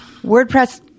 WordPress